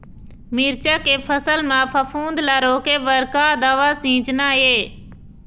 मिरचा के फसल म फफूंद ला रोके बर का दवा सींचना ये?